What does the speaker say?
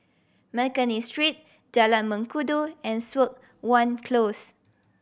McNally Street Jalan Mengkudu and Siok Wan Close